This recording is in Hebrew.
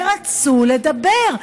ורצו לדבר,